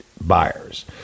buyers